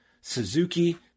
Suzuki